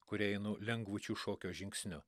kuria einu lengvučiu šokio žingsniu